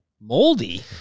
Moldy